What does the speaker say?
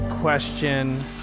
question